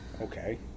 Okay